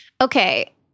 Okay